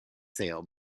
sale